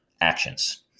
actions